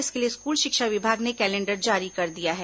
इसके लिए स्कूल शिक्षा विभाग ने कैलेंडर जारी कर दिया है